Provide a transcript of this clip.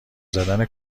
زدم